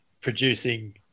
producing